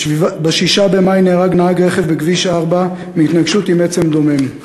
ב-6 במאי נהרג נהג רכב בכביש 4 בהתנגשות עם עצם דומם.